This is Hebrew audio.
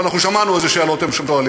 אבל אנחנו שמענו איזה שאלות הם שואלים.